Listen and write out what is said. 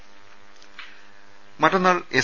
ദേദ മറ്റന്നാൾ എസ്